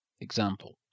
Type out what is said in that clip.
example